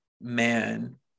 man